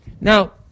Now